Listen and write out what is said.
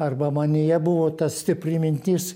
arba manyje buvo ta stipri mintis